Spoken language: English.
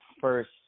first